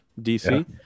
DC